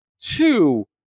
two